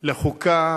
לחוקה